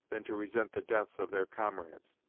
than to resent the deaths of their comrades.